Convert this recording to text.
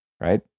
right